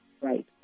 Right